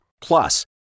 Plus